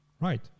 right